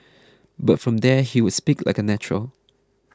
but from there he would speak like a natural